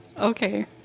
okay